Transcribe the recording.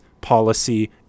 policy